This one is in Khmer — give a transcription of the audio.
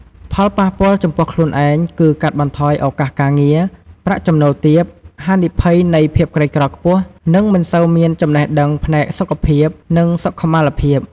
ផលប៉ះពាល់ចំពោះខ្លួនឯងគឺ កាត់បន្ថយឱកាសការងារ ប្រាក់ចំណូលទាប ហានិភ័យនៃភាពក្រីក្រខ្ពស់ និងមិនសូវមានចំណេះដឹងផ្នែកសុខភាព និងសុខុមាលភាព។